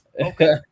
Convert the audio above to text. Okay